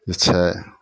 जे छै